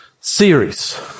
series